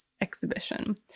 Exhibition